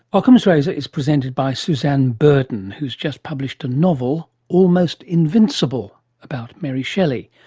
ockham's razor is presented by suzanne burdon, who's just published a novel almost invincible, about mary shelley.